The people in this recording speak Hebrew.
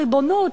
ריבונות,